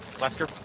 lester?